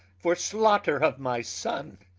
for slaughter of my sonne,